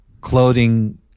clothing